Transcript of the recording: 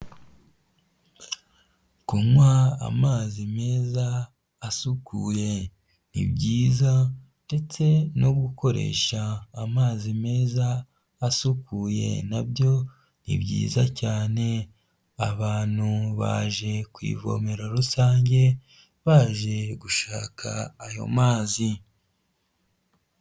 Kunywa amazi meza asukuye ni byiza ndetse no gukoresha amazi meza asukuye na byo ni byiza cyane, abantu baje ku ivomera rusange baje gushaka ayo mazi.